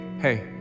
hey